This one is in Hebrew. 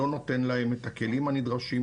לא נותן להם את הכלים הנדרשים,